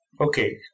Okay